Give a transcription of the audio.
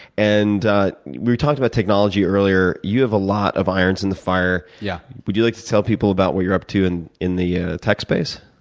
and we we talked about technology earlier. you have a lot of irons in the fire. yeah would you like to tell people about what you're up to in in the ah tech space?